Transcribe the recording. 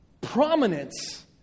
prominence